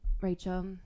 Rachel